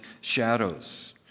shadows